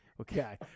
Okay